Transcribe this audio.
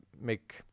make